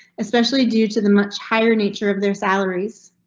especially due to the much higher nature of their salaries.